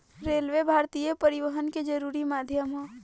railway भारतीय परिवहन के जरुरी माध्यम ह